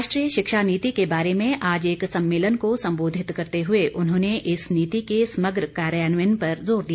राष्ट्रीय शिक्षा नीति के बारे में आज एक सम्मेलन को संबोधित करते हुए उन्होंने इस नीति के समग्र कार्यान्वयन पर जोर दिया